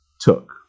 took